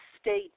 state